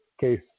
Case